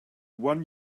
one